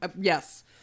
Yes